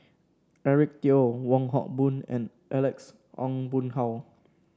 Eric Teo Wong Hock Boon and Alex Ong Boon Hau